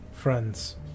friends